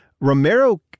Romero